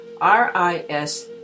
R-I-S